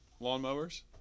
lawnmowers